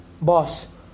boss